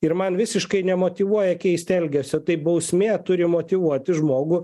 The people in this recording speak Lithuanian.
ir man visiškai nemotyvuoja keisti elgesio tai bausmė turi motyvuoti žmogų